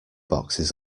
boxes